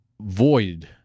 Void